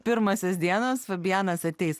pirmosios fabianas ateis